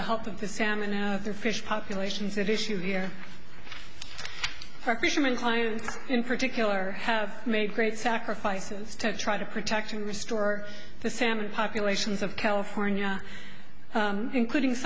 the help of the salmon know their fish populations that issue here for fishermen clients in particular have made great sacrifices to try to protect and restore the salmon populations of california including